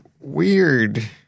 weird